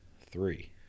three